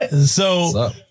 So-